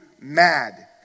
mad